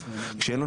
כשיש לנו